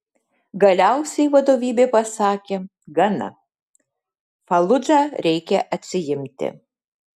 galiausiai vadovybė pasakė gana faludžą reikia atsiimti